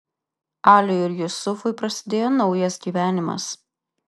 aliui ir jusufui prasidėjo naujas gyvenimas